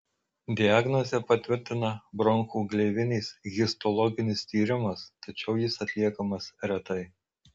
diagnozę patvirtina bronchų gleivinės histologinis tyrimas tačiau jis atliekamas retai